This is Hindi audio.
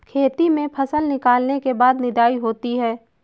खेती में फसल निकलने के बाद निदाई होती हैं?